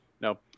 No